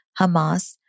Hamas